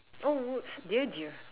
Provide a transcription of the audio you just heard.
oh no dear dear